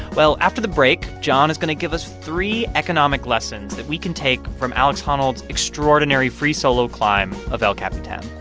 well, after the break, john is going to give us three economic lessons that we can take from alex honnold's extraordinary free solo climb of el capitan